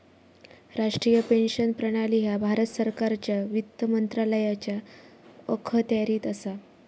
राष्ट्रीय पेन्शन प्रणाली ह्या भारत सरकारच्या वित्त मंत्रालयाच्या अखत्यारीत असा